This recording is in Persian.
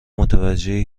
متوجه